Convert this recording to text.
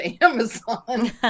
Amazon